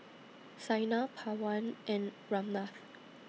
Saina Pawan and Ramnath